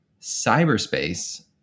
Cyberspace